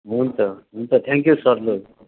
हुन्छ हुन्छ thank you sir लु